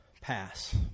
pass